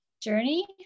journey